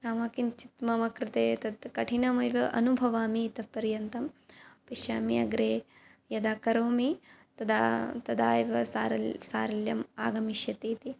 नाम किञ्चित् मम कृते तत् कठिनमेव अनुभवामि इतः पर्यन्तं पश्यामि अग्रे यदा करोमि तदा तदा एव सारल् सारल्यं आगमिष्यतीति